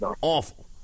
awful